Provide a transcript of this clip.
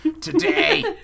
Today